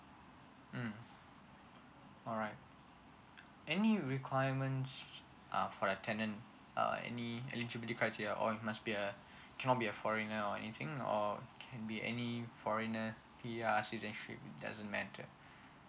mm alright any requirements uh for the tenant uh any eligibility criteria or must be uh cannot be a foreigner or anything or can be any foreigner PR citizenship doesn't matter